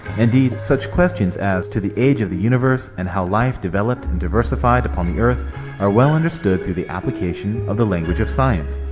in deed, such questions as to the age of the universe and how life developed and diversified upon the earth are well understood though the application of the language of science.